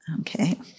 Okay